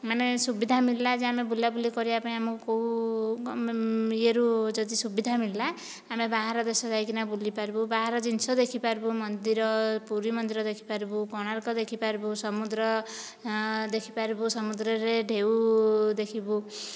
ମାନେ ସୁବିଧା ମିଳିଲା ଯେ ଆମେ ବୁଲାବୁଲି କରିବା ପାଇଁ ଆମକୁ ୟେରୁ ଯଦି ସୁବିଧା ମିଳିଲା ଆମେ ବାହାର ଦେଶ ଯାଇକିନା ବୁଲି ପାରିବୁ ବାହାର ଜିନିଷ ଦେଖିପାରିବୁ ମନ୍ଦିର ପୁରୀ ମନ୍ଦିର ଦେଖିପାରିବୁ କୋଣାର୍କ ଦେଖିପାରିବୁ ସମୁଦ୍ର ଦେଖିପାରିବୁ ସମୁଦ୍ରରେ ଢେଉ ଦେଖିବୁ